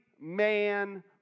man